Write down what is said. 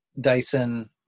Dyson